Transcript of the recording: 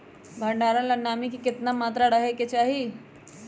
भंडारण ला नामी के केतना मात्रा राहेके चाही?